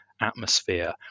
atmosphere